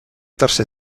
tercer